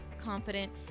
confident